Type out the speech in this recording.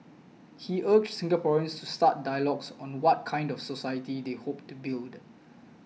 he urged Singaporeans to start dialogues on what kind of society they hope to build